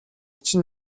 чинь